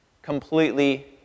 completely